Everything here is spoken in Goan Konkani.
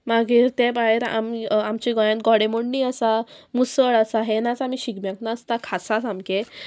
मागीर ते भायर आमी आमच्या गोंयान घोडेमोडणी आसा मुसळ आसा हे नाच आमी शिगम्याक नासता खासा सामके